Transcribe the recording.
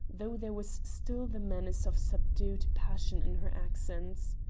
though there was still the menace of subdued passion in her accents.